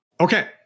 Okay